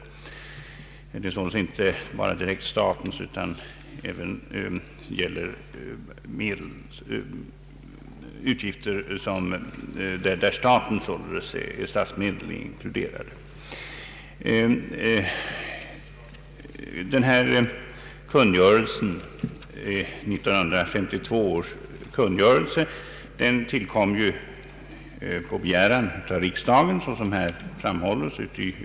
Det gäller således inte bara resor direkt i statens tjänst utan även resor där statsmedel eljest är inkluderade.